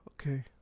Okay